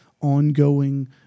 ongoing